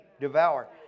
devour